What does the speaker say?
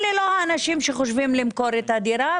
אלה הם לא האנשים שחושבים למכור את הדירה,